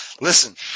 Listen